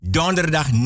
Donderdag